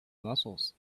muscles